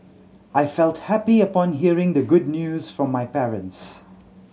I felt happy upon hearing the good news from my parents